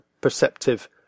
perceptive